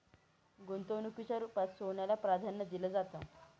गुंतवणुकीच्या रुपात सोन्याला प्राधान्य दिलं जातं